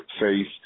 faith